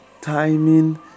Timing